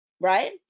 right